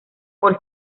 por